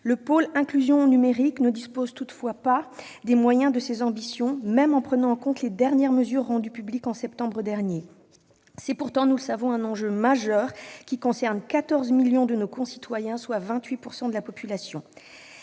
de l'inclusion numérique ne dispose toutefois pas des moyens de ses ambitions, même en prenant en compte les dernières mesures rendues publiques en septembre dernier. Il s'agit pourtant d'un enjeu majeur, qui concerne 14 millions de nos concitoyens, soit 28 % de la population.